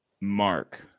Mark